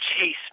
chase